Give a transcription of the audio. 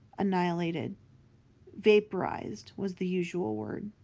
annihilated vaporized was the usual word.